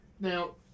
now